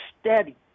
steady